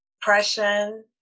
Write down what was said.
depression